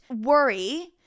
worry